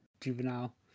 Juvenile